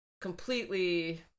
completely